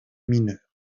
mineures